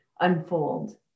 unfold